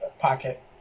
pocket